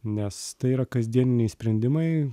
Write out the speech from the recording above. nes tai yra kasdieniniai sprendimai